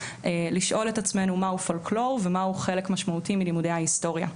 לשאול את עצמנו מהו פולקלור ומהו חלק משמעותי מלימודי ההיסטוריה.